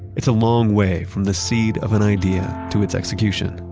it's a long way from the seed of an idea to its execution.